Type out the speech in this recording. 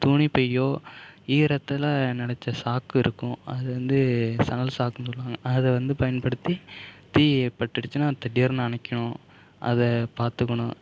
துணி பைய்யோ ஈரத்தில் நனச்ச சாக்கு இருக்கும் அதை வந்து சணல் சாக்குனு சொல்வாங்க அதை வந்து பயன்படுத்தி தீ ஏற்பட்டுடுச்சுனா திடீர்னு அணைக்கணும் அதை பாத்துக்கணும்